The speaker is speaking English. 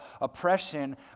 oppression